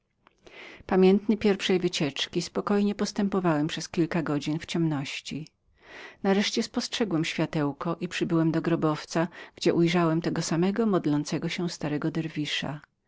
pamiętny pierwszej wycieczki spokojnie postępowałem przez kilka godzin w ciemności nareszcie spostrzegłem światełko i przybyłem do grobowca gdzie ujrzałem tego samego modlącego się starego derwisza